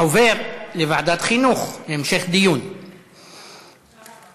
לוועדת החינוך, התרבות והספורט נתקבלה.